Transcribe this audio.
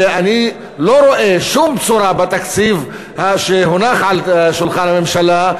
ואני לא רואה שום מילה בתקציב שהונח על שולחן הממשלה,